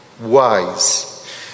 wise